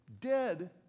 Dead